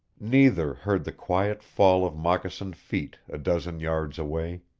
neither heard the quiet fall of moccasined feet a dozen yards away.